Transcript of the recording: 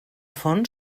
font